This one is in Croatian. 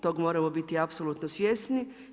Tog moramo biti apsolutno svjesni.